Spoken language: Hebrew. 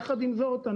יחד עם זאת,